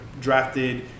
drafted